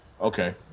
Okay